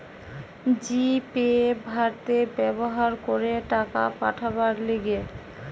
জি pay ভারতে ব্যবহার করে টাকা পাঠাবার লিগে